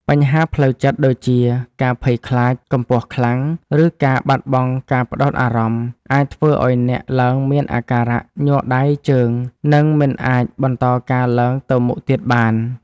បញ្ហាផ្លូវចិត្តដូចជាការភ័យខ្លាចកម្ពស់ខ្លាំង ឬការបាត់បង់ការផ្ដោតអារម្មណ៍ អាចធ្វើឱ្យអ្នកឡើងមានអាការៈញ័រដៃជើង និងមិនអាចបន្តការឡើងទៅមុខទៀតបាន។